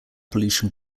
pollution